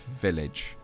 village